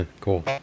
Cool